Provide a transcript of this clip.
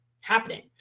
happening